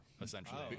essentially